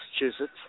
Massachusetts